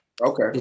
Okay